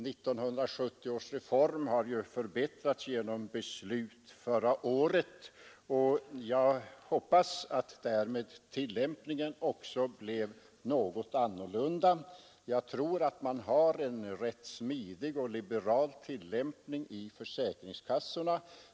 1970 års reform har förbättrats genom beslut förra året, och jag hoppas att därmed tillämpningen också blev något annorlunda. Jag tror att man har en rätt smidig och liberal tillämpning i försäkringskassorna.